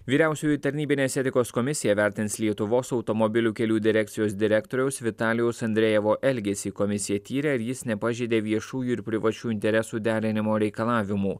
vyriausioji tarnybinės etikos komisija vertins lietuvos automobilių kelių direkcijos direktoriaus vitalijaus andrejevo elgesį komisija tyrė ar jis nepažeidė viešųjų ir privačių interesų derinimo reikalavimų